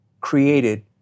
created